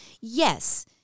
yes